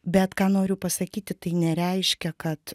bet ką noriu pasakyti tai nereiškia kad